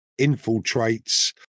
infiltrates